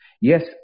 Yes